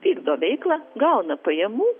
vykdo veiklą gauna pajamų